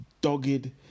dogged